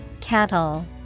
Cattle